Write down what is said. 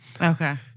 Okay